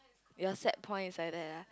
your set point is like that ah